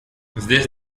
здесь